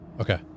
Okay